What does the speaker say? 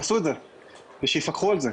שיעשו את זה ושיפקחו על זה.